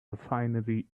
refinery